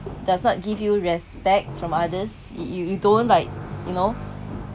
does not give you respect from others you you don't like you know